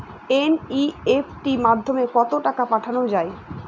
NEFT মাধ্যমে কত টাকা পাঠানো যায়?